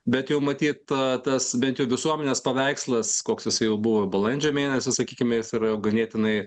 bet jau matyt tą tas bent jau visuomenės paveikslas koks jisai jau buvo balandžio mėnesį sakykime jis yra jau ganėtinai